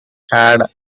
had